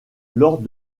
lors